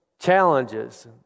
challenges